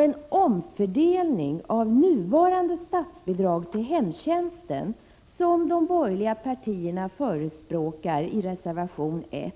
En omfördelning av nuvarande statsbidrag till hemtjänsten, som de borgerliga partierna förespråkar i reservation 1,